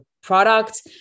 product